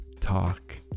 talk